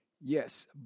yes